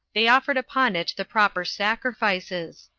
they offered upon it the proper sacrifices.